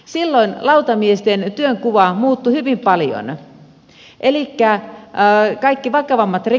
silloin lautamiesten työnkuva muuttui hyvin paljon elikkä ja he kaikki valtava meteli